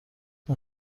این